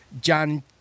John